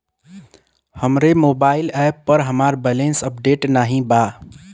हमरे mobile app पर हमार बैलैंस अपडेट नाई बा